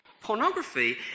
Pornography